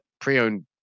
pre-owned